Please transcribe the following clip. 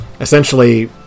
essentially